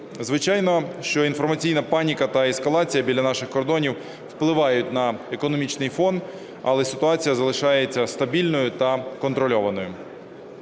Звичайно, що інформаційна паніка та ескалація біля наших кордонів впливають на економічний фон. Але ситуація залишається стабільною та контрольованою.